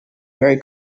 very